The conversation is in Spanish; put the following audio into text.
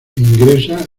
ingresa